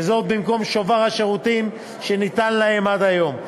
וזאת במקום שובר השירותים שניתן להם עד היום.